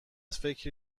فکری